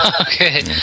Okay